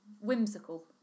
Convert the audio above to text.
whimsical